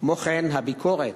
כמו כן, הביקורת,